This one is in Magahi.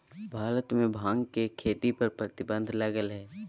भारत में भांग के खेती पर प्रतिबंध लगल हइ